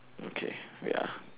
okay wait ah